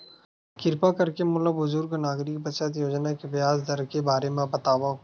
किरपा करके मोला बुजुर्ग नागरिक बचत योजना के ब्याज दर के बारे मा बतावव